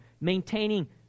maintaining